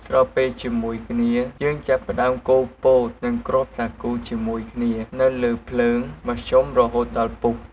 ស្របពេលជាមួយគ្នា យើងចាប់ផ្ដើមកូរពោត និងគ្រាប់សាគូជាមួយគ្នានៅលើភ្លើងមធ្យមរហូតដល់ពុះ។